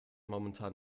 momentan